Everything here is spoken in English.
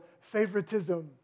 favoritism